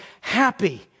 happy